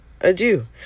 adieu